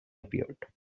appeared